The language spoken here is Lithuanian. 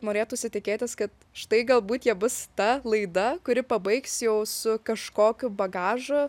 norėtųsi tikėtis kad štai galbūt jie bus ta laida kuri pabaigs jau su kažkokiu bagažu